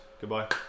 goodbye